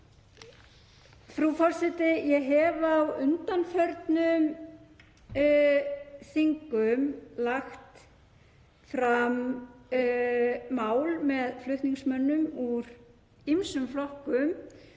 Frú forseti. Ég hef á undanförnum þingum lagt fram mál með flutningsmönnum úr ýmsum flokkum